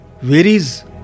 varies